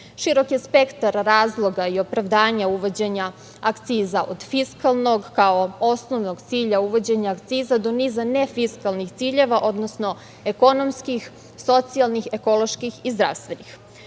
je spektar razloga i opravdanja uvođenja akciza od fiskalnog, kao osnovnog cilja uvođenja akciza, do niza nefiskalnih ciljeva, odnosno ekonomskih, socijalnih, ekoloških i zdravstvenih. Svi